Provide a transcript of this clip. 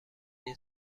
این